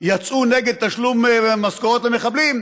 יצאו נגד תשלום משכורות למחבלים,